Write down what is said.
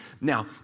Now